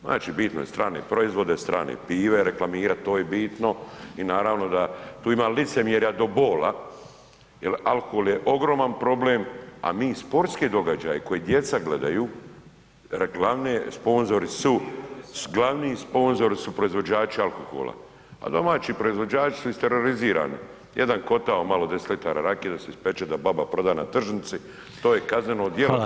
Znači bitno je strane proizvode, strane pive reklamirat to je bitno i naravno da tu ima licemjerja do bola jer alkohol je ogroman problem, a mi sportski događaj koji djeca gledaju, glavni sponzori su, glavni sponzori su proizvođači alkohola, a domaći proizvođači su isterorizirani, jedan kotao malo 10 litara rakije da se ispeče da baba proda na tržnici to je kazneno djelo, to ideš u zatvor.